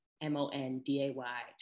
M-O-N-D-A-Y